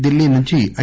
ఢిల్లీ నుంచి ఐ